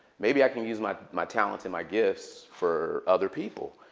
maybe i can use my my talents and my gifts for other people.